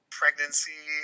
pregnancy